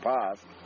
past